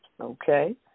Okay